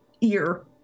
ear